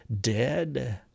dead